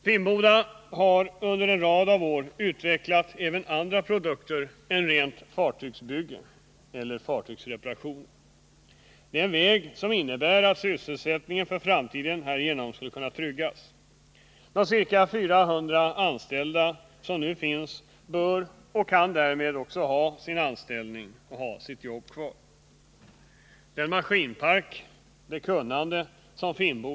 Finnboda har under en rad av år utvecklat även annan verksamhet än fartygsbygge och fartygsreparationer. Det innebär att sysselsättningen för framtiden kan tryggas. De ca 400 anställda som nu är sysselsatta vid varvet bör och kan därmed få behålla sina anställningar och alltså ha jobben kvar.